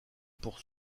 pour